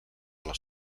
les